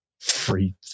Free